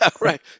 right